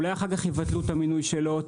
אולי אחר כך אתם תבטלו את המינוי שלו,